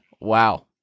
wow